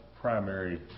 primary